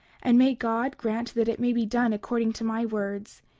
and may god grant that it may be done according to my words,